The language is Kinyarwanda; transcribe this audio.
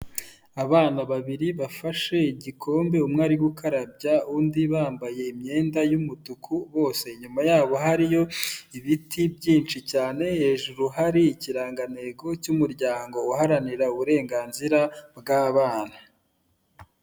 Abana babiri bafashe igikombe umwe ari gukarabya undi bambaye imyenda y'umutuku bose, inyuma yabo hariyo ibiti byinshi cyane, hejuru hari ikirangantego cy'umuryango uharanira uburenganzira bw'abana.